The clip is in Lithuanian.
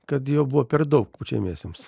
kad jau buvo per daug pučiamiesiems